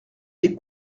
des